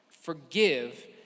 Forgive